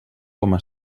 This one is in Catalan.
coma